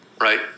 right